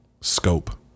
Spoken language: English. scope